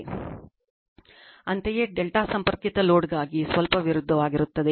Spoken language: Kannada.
ಅಂತೆಯೇ ಡೆಲ್ಟಾ ಸಂಪರ್ಕಿತ ಲೋಡ್ಗಾಗಿ ಸ್ವಲ್ಪ ವಿರುದ್ಧವಾಗಿರುತ್ತದೆ